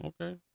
Okay